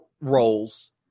roles